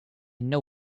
know